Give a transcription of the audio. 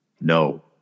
No